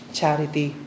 charity